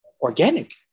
organic